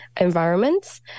environments